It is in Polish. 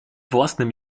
własnym